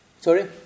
Sorry